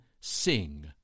sing